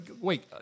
Wait